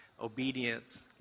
obedience